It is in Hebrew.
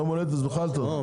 אז